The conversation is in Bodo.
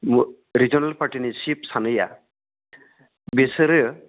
रिजोनेल पार्टिनि चिफ सानैआ बिसोरो